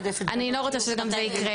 אני לא רוצה שגם זה יקרה,